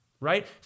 right